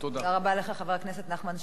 תודה רבה לך, חבר הכנסת נחמן שי.